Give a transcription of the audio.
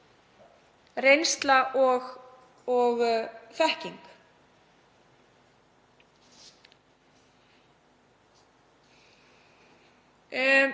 reynsla og þekking.